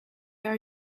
are